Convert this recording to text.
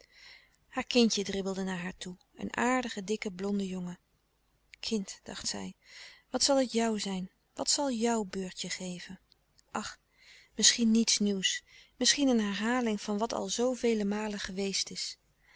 haar kindje dribbelde naar haar toe een aardige dikke blonde jongen kind dacht zij wat zal het jou zijn wat zal jouw beurt je geven ach misschien niets nieuws misschien een herhaling van wat al zooveel malen geweest is